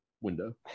window